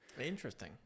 Interesting